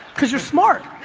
cause you're smart.